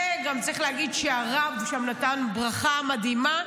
וגם צריך להגיד שהרב שם נתן ברכה מדהימה.